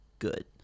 Good